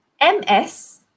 M-S